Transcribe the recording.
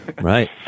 right